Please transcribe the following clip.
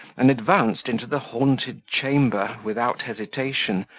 and advanced into the haunted chamber without hesitation,